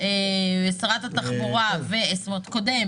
רשות הטבע והגנים.